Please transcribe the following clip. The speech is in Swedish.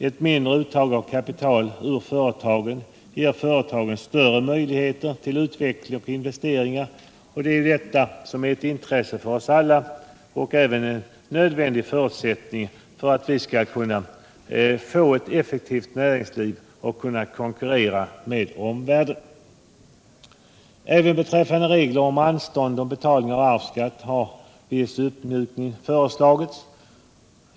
Ett mindre uttag av kapital ur företagen ger företagen större möjligheter till utveckling och investeringar, och detta är ju ett intresse för alla och även en förutsättning för att vi skall få ett effektivt näringsliv och kunna konkurrera med omvärlden. Även beträffande regler om anstånd med betalning av arvsskatt har viss uppmjukning föreslagits.